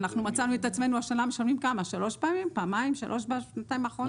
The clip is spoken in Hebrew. אנחנו מצאנו את עצמנו משלמים שלוש פעמים בשנתיים האחרונות,